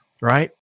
right